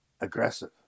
aggressive